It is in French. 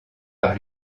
par